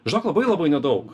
žinok labai labai nedaug